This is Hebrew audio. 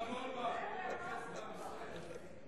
הרב אורבך, תתרכז בנושא.